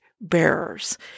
bearers